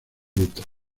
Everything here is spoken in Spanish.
rutas